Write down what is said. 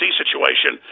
situation